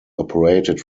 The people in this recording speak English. operated